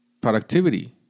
productivity